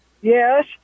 yes